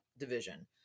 division